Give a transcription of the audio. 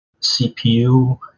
CPU